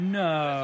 no